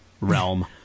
Realm